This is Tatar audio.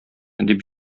дип